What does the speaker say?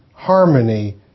harmony